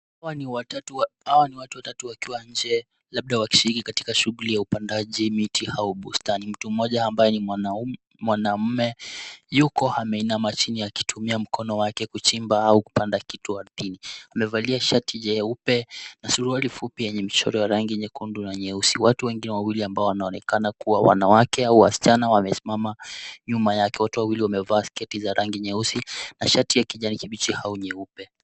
Hawa ni watu watatu wakiwa nje labda wakishiriki katika shughuli ya upandaji miti au bustani. Mtu mmoja ambaye ni mwanaume yuko ameinama chini akitumia mkono wake kuchimba au kupanda kitu ardhini. Amevalia shati jeupe na suruali fupi yenye mchoro nyekundu na nyeusi. Watu wawili wengine ambao wanaonekana kuwa wanawake au wasichana, wamesimama nyuma yake. Wote wawili wamevaa sketi za rangi nyeusi na shati ya kijani kibichi au nyeupe.